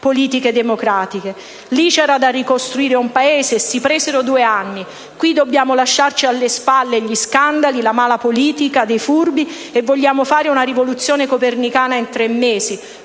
politiche democratiche. Lì c'era da ricostruire un Paese e si presero due anni. Qui dobbiamo lasciarci alle spalle gli scandali, la mala politica dei furbi e vogliamo fare una rivoluzione copernicana in tre mesi.